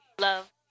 love